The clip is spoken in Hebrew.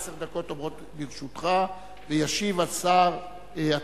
עשר דקות עומדות לרשותך, וישיב השר אטיאס.